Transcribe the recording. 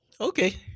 Okay